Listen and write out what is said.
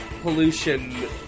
pollution